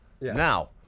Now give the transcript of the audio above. Now